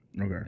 Okay